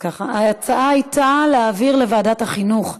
ההצעה הייתה להעביר לוועדת החינוך.